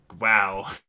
Wow